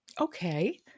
okay